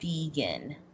vegan